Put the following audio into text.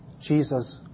Jesus